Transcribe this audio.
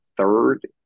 third